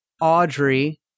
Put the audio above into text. Audrey